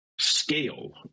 scale